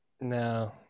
No